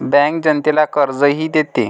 bank जनतेला कर्जही देते